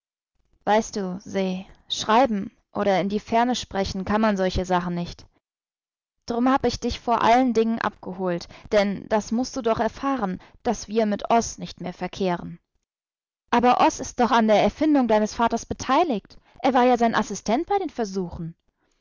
weißt du se schreiben oder in die ferne sprechen kann man solche sachen nicht drum hab ich dich vor allen dingen abgeholt denn das mußt du doch erfahren daß wir mit oß nicht mehr verkehren aber oß ist doch an der erfindung deines vaters beteiligt er war ja sein assistent bei den versuchen